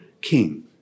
king